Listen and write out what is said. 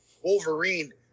Wolverine